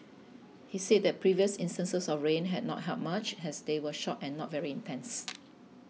he said that previous instances of rain had not helped much as they were short and not very intense